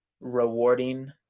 rewarding